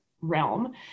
realm